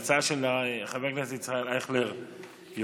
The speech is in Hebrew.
ההצעה של חבר הכנסת ישראל אייכלר יורדת,